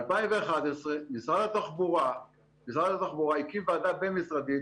ב-2011 משרד התחבורה הקים ועדה בין-משרדית,